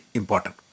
important